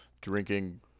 drinking